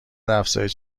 افزایش